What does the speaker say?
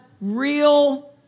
real